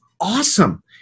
awesome